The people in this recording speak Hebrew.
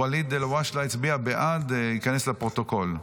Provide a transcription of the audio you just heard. ואליד אלהואשלה הצביע בעד, ייכנס לפרוטוקול.